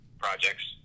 projects